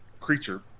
creature